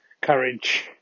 courage